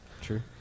true